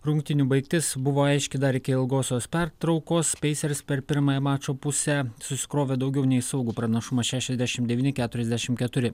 rungtynių baigtis buvo aiški dar iki ilgosios pertraukos pacers per pirmąją mačo pusę susikrovė daugiau nei saugų pranašumą šešiasdešimt devyni keturiasdešimt keturi